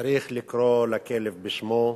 צריך לקרוא לכלב בשמו,